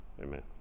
Amen